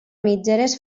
mitgeres